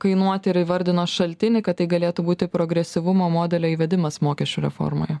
kainuoti ir įvardino šaltinį kad tai galėtų būti progresyvumo modelio įvedimas mokesčių reformoje